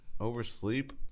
Oversleep